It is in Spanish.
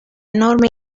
enorme